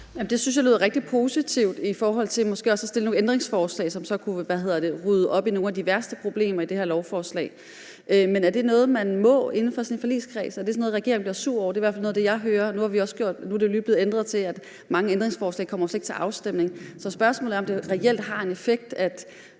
jeg lyder rigtig positivt i forhold til måske også at stille nogle ændringsforslag, som så kunne rydde op i nogle af de værste problemer i det her lovforslag. Men er det noget, man må inden for sådan en forligskreds? Er det sådan noget, regeringen bliver sur over? Det er i hvert fald noget af det, jeg hører. Nu er det jo også lige blevet ændret til, at ændringsforslag slet ikke kommer til afstemning. Så spørgsmålet er, om det reelt har en effekt, at